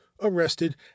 arrested